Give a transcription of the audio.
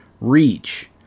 reach